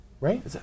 right